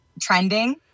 trending